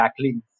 backlinks